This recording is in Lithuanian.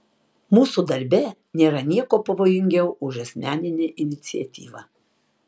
mūsų darbe nėra nieko pavojingiau už asmeninę iniciatyvą